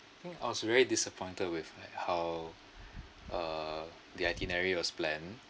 I think I was very disappointed with like how uh the itinerary was planned